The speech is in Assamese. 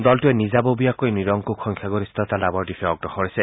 দলটোৱে নিজাববীয়াকৈ নিৰংকুশ সংখ্যাগৰিষ্ঠতা লাভৰ দিশে অগ্ৰসৰ হৈছে